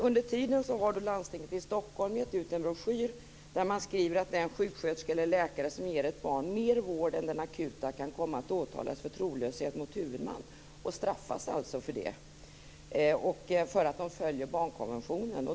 Under tiden har Landstinget i Stockholm gett ut en broschyr där man skriver att den sjuksköterska eller läkare som ger ett barn mer vård än den akuta kan komma att åtalas för trolöshet mot huvudman och straffas alltså för att de följer barnkonventionen.